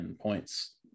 points